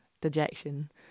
dejection